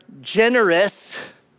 generous